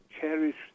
cherish